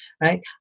right